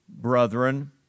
brethren